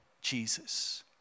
Jesus